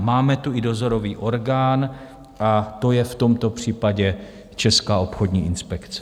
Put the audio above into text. Máme tu i dozorový orgán a to je v tomto případě Česká obchodní inspekce.